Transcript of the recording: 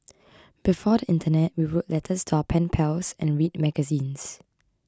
before the internet we wrote letters to our pen pals and read magazines